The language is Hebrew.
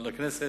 לכנסת.